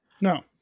No